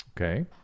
Okay